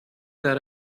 that